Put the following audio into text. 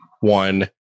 one